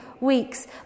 weeks